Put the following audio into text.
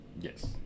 Yes